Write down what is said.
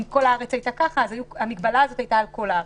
ואם כל הארץ הייתה ככה אז המגבלה הזאת הייתה על כל הארץ.